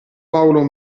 paolo